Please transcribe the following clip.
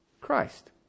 Christ